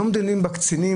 לא שוטר.